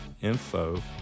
info